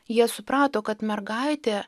jie suprato kad mergaitė